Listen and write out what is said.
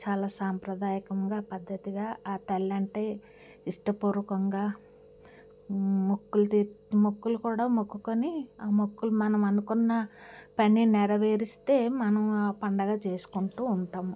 చాలా సాంప్రదాయకంగా పద్ధతిగా ఆ తల్లి అంటే ఇష్టపూర్వకంగా మొక్కులు తి మొక్కులు కూడా మొక్కుకొని ఆ మొక్కులు మనం అనుకున్న పని నెరవేరిస్తే మనం ఆ పండగ చేసుకుంటూ ఉంటాము